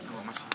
עדיין מחובק.